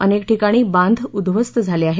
अनेक ठिकाणी बांध उध्वस्त झाले आहे